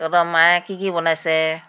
তহঁতৰ মায়ে কি কি বনাইছে